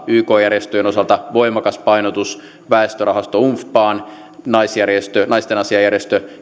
yk järjestöjen osalta voimakas painotus väestörahasto unfpaan ja naistenasiajärjestö